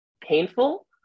painful